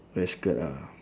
wear skirt ah